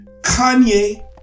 Kanye